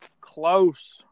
close